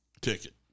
Ticket